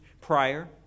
prior